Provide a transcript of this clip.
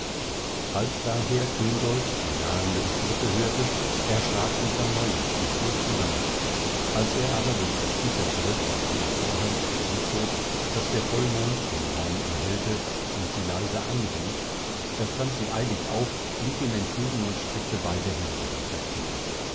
als daher küngolt die nahenden schritte hörte erschrak sie von neuem und fuhr zusammen als er aber durch das gitter griff und den vorhang zurückschob daß der vollmond den raum erhellte und sie leise anrief da stand sie eilig auf lief ihm entgegen und streckte beide hände durch das gitter